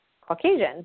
Caucasian